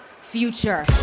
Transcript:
future